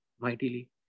mightily